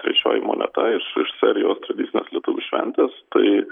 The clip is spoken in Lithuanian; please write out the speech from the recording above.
trečioji moneta iš iš serijos tradicinės lietuvių šventės tai